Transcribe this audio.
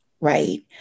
right